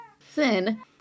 thin